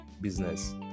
business